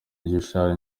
gishushanyo